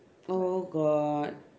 oh god